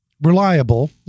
reliable